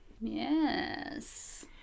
Yes